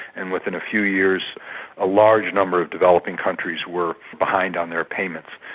and within a few years a large number of developing countries were behind on their payments.